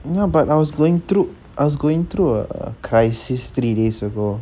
ya but I was going through I was going through a crisis three days ago